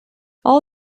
all